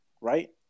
right